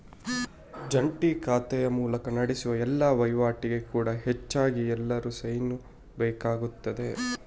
ಜಂಟಿ ಖಾತೆಯ ಮೂಲಕ ನಡೆಸುವ ಎಲ್ಲಾ ವೈವಾಟಿಗೆ ಕೂಡಾ ಹೆಚ್ಚಾಗಿ ಎಲ್ಲರ ಸೈನು ಬೇಕಾಗ್ತದೆ